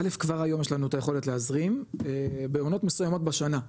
א' כבר היום יש לנו את היכולת להזרים בעונות מסוימות בשנה,